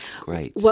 Great